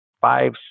five